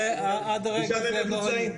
עד לרגע זה לא ראינו.